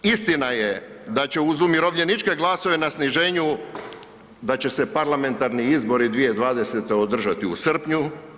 Istina je da će uz umirovljeničke glasove na sniženju, da će se parlamentarni izbori 2020. održati u srpnju.